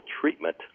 treatment